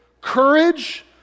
courage